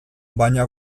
baina